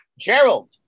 Gerald